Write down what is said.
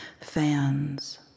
fans